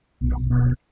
Number